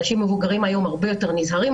אנשים מבוגרים הרבה יותר נזהרים,